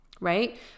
right